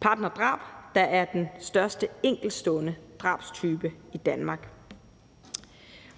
partnerdrab, der er den største enkeltstående drabstype i Danmark.